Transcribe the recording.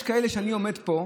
כשאני עומד פה,